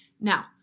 Now